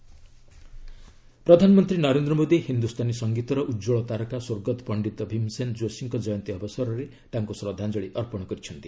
PM Bhimsen Joshi ପ୍ରଧାନମନ୍ତ୍ରୀ ନରେନ୍ଦ୍ର ମୋଦୀ ହିନ୍ଦୁସ୍ତାନୀ ସଂଗୀତର ଉଜ୍ଜଳ ତାରକା ସ୍ୱର୍ଗତ ପଣ୍ଡିତ ଭୀମ୍ସେନ୍ ଯୋଶୀଙ୍କ ଜୟନ୍ତୀ ଅବସରରେ ତାଙ୍କୁ ଶ୍ରଦ୍ଧାଞ୍ଜଳୀ ଅର୍ପଣ କରିଛନ୍ତି